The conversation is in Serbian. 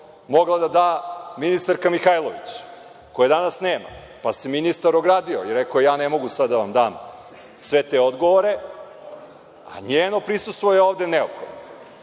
mogla da da ministarka Mihajlović, koje danas nema, pa se ministar ogradio i rekao - ja ne mogu sada da vam dam sve te odgovore, a njeno prisustvo je ovde